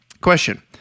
Question